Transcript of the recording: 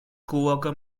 coworker